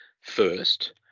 First